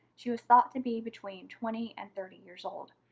she was thought to be between twenty and thirty years old.